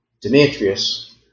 Demetrius